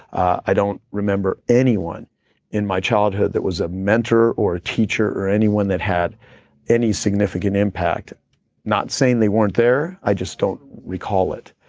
i don't remember anyone in my childhood that was a mentor or a teacher or anyone that had any significant impact not saying they weren't there, i just don't recall it.